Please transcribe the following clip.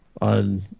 on